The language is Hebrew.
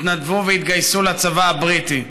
התנדבו והתגייסו לצבא הבריטי,